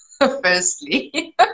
firstly